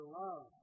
love